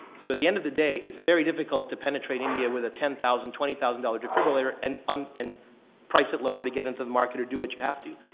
so, at the end of the day it's very difficult to penetrate india with a ten thousand twenty thousand dollars defibrillator and um and price it lower to get into the market or do what you have to.